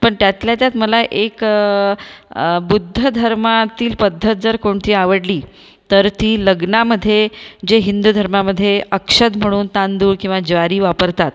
पण त्यातल्या त्यात मला एक बुद्ध धर्मातील पद्धत जर कोणती आवडली तर ती लग्नामध्ये जे हिंदू धर्मामधे अक्षत म्हणून तांदूळ किंवा ज्वारी वापरतात